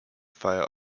fire